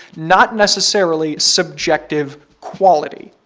not necessarily subjective quality.